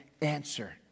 answer